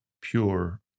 pure